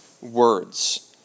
words